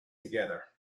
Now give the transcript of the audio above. together